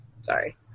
Sorry